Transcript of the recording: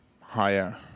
higher